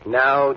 now